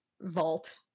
vault